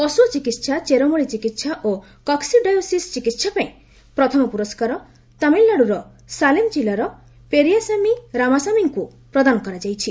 ପଶୁ ଚିକିତ୍ସା ଚେରମ୍ଳି ଚିକିତ୍ସା ଓ କକ୍ସୀ ଡାଓସିସ୍ ଚିକିତ୍ସା ପାଇଁ ପ୍ରଥମ ପୁରସ୍କାର ତାମିଲନାଡୁର ସଲେମ୍ ଜିଲ୍ଲାର ପେରିଆସାମୀ ରାମାସାମୀଙ୍କୁ ପ୍ରଦାନ କରାଯାଇଛି